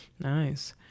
nice